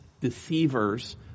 deceivers